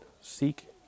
Seek